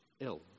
ill